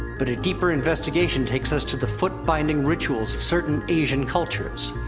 but a deeper investigation takes us to the foot binding rituals of certain asian cultures.